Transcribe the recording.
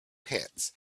pants